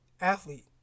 athlete